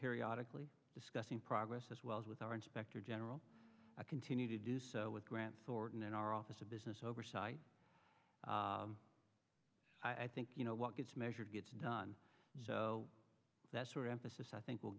periodically discussing progress as well as with our inspector general i continue to do so with grant thornton in our office of business oversight i think you know what gets measured gets done so that's where emphasis i think will